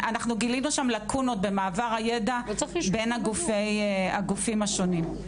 אנחנו גילינו שם לקונות במעבר הידע בין הגופים השונים.